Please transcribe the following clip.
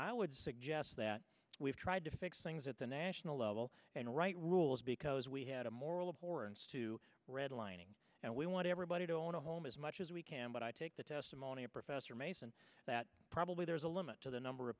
i would suggest that we've tried to fix things at the national level and write rules because we had a moral of horns to redlining and we want everybody to own a home as much as we can but i take the testimony of professor mason that probably there's a limit to the number of